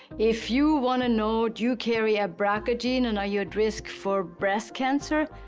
if you want to know, do you carry a brca gene and are you at risk for breast cancer?